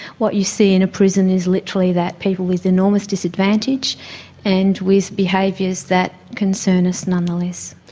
what you see in a prison is literally that, people with enormous disadvantage and with behaviours that concern us nonetheless.